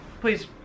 please